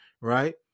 right